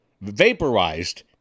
vaporized